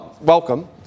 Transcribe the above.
Welcome